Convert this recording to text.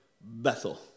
Bethel